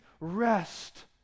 rest